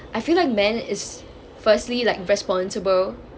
I feel like men is firstly like responsible